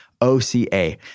O-C-A